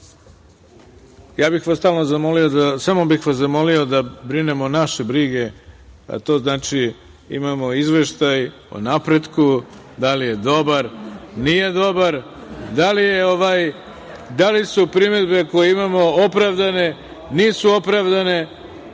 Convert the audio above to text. bih vas samo zamolio da brinemo naše brige, a to znači imamo izveštaj o napretku, da li je dobar, nije dobar, da li su primedbe koje imamo opravdane, nisu opravdane,